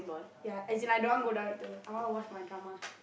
ya as in I don't want go down later I want to watch my drama